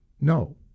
No